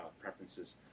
preferences